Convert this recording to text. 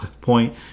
point